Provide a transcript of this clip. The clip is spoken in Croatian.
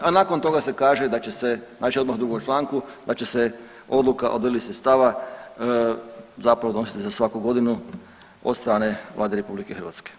A nakon toga se kaže da će se, znači odmah udrugom članku da će se odluka od dojeli sredstava zapravo donositi za svaku godinu od strane Vlade RH.